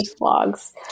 vlogs